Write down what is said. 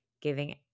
giving